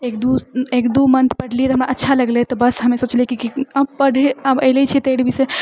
एक दू एक दू मन्थ पढ़लिऐ हमरा अच्छा लगलै तऽ बस हमे सोचलिऐ कि आब पढ़े आब ऐले छी तऽ एडमिशन